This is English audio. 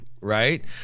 right